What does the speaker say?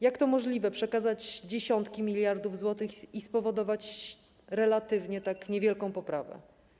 Jak to możliwe, żeby przekazać dziesiątki miliardów złotych i spowodować relatywnie tak niewielką poprawę?